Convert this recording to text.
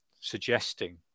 suggesting